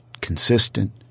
consistent